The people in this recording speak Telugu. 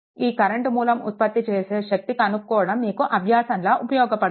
ఈ కరెంట్ మూలం ఉత్పత్తి చేసే శక్తి కనుక్కోవడం మీకు అభ్యాసం లా ఉపయోగపడుతుంది